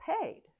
paid